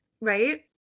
right